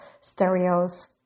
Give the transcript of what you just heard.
stereos